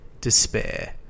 despair